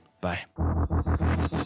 bye